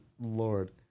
Lord